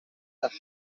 with